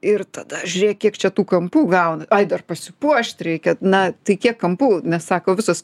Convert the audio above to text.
ir tada žiūrėk kiek čia tų kampų gauna ai dar pasipuošt reikia na tai kiek kampų nes sako visos